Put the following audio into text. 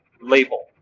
label